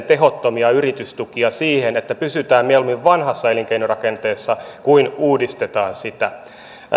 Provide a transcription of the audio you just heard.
tehottomia yritystukia siihen että pysytään mieluummin vanhassa elinkeinorakenteessa kuin uudistetaan sitä